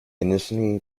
initially